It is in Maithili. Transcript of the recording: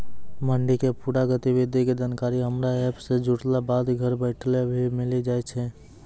मंडी के पूरा गतिविधि के जानकारी हमरा एप सॅ जुड़ला बाद घर बैठले भी मिलि जाय छै